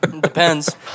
Depends